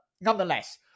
nonetheless